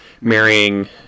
marrying